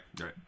Right